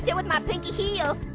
yeah with my pinky heel.